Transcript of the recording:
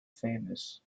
famous